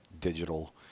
digital